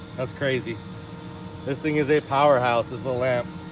that's crazy this thing is a powerhouse is the lamp